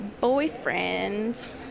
boyfriend